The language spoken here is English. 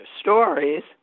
stories